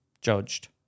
judged